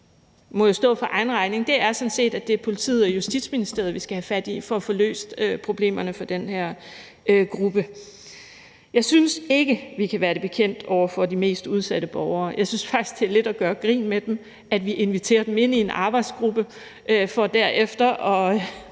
det er politiet og Justitsministeriet, vi skal have fat i for at få løst problemerne for den her gruppe. Jeg synes ikke, vi kan være det bekendt over for de mest udsatte borgere. Jeg synes faktisk, det lidt er at gøre grin med dem, at vi inviterer dem ind i en arbejdsgruppe for derefter at